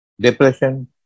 depression